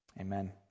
Amen